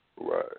Right